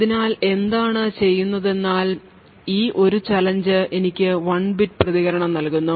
അതിനാൽ എന്താണ് ചെയ്യുന്നത് എന്നാൽ ഈ ഒരു ചാലഞ്ച് എനിക്ക് 1 ബിറ്റ് പ്രതികരണം നൽകുന്നു